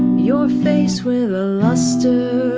your face with a lustre